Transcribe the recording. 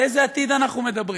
על איזה עתיד אנחנו מדברים?